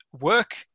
work